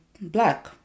black